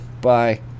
Bye